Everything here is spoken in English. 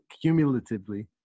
cumulatively